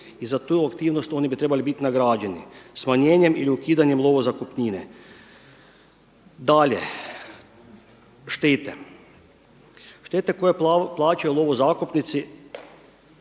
i za tu aktivnost oni bi trebali bit nagrađeni smanjenjem i ukidanjem lovo zakupnine. Dalje, štete. Štete koje plaćaju lovo zakupnici